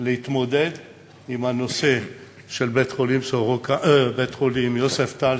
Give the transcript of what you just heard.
להתמודד עם הנושא של בית-החולים יוספטל,